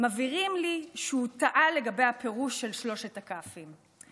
מבהירים לי שהוא טעה לגבי הפירוש של שלושת הכ"פים.